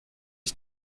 his